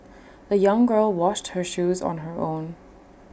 the young girl washed her shoes on her own